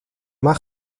más